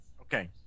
Okay